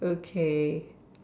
okay